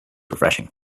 refreshing